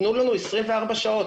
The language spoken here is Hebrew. תנו לנו 24 שעות,